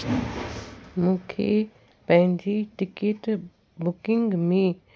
मूंखे पंहिंजी ticket booking में